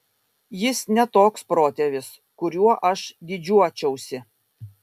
jis ne toks protėvis kuriuo aš didžiuočiausi